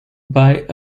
buy